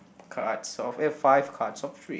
cards of a five cards of three